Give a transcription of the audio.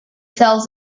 sells